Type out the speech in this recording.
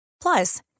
Plus